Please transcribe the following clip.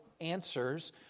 answers